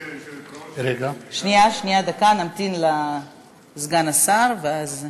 גברתי היושבת-ראש, אדוני סגן שר החינוך, בשנת 2013